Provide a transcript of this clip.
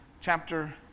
chapter